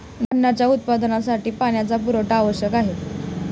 धान्याच्या उत्पादनासाठी पाण्याचा पुरवठा आवश्यक आहे